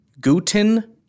Guten